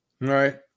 Right